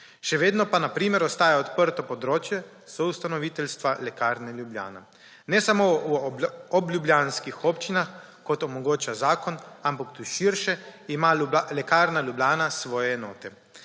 Še vedno pa, na primer, ostaja odprto področje soustanoviteljstva Lekarne Ljubljana. Ne samo v obljubljanskih občinah, kot omogoča zakon, ampak tudi širše ima Lekarna Ljubljana svoje enote.